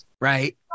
Right